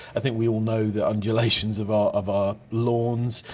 i think we all know the undulations of our of our lawns.